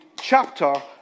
chapter